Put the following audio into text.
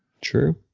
true